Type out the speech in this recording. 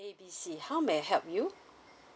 A B C how may I help you